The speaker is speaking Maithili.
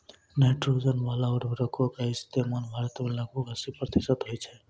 नाइट्रोजन बाला उर्वरको के इस्तेमाल भारत मे लगभग अस्सी प्रतिशत होय छै